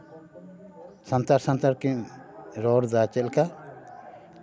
ᱥᱟᱱᱛᱟᱲ ᱥᱟᱱᱛᱟᱲ ᱠᱤᱱ ᱨᱚᱲᱫᱟ ᱪᱮᱫ ᱞᱮᱠᱟ